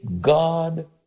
God